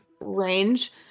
range